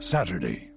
Saturday